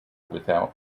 without